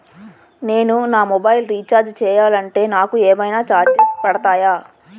నేను నా mobile recharge చేయాలంటే నాకు ఏమైనా చార్జెస్ పడతాయా?